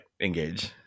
Engage